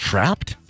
Trapped